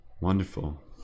Wonderful